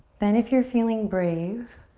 then if you're feeling brave,